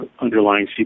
underlying